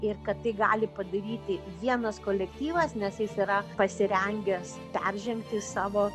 ir kad tai gali padaryti vienas kolektyvas nes jis yra pasirengęs peržengti savo